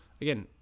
Again